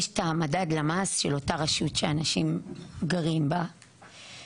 יש את המדד למ"ס של אותה רשות שאנשים גרים בה והמשרד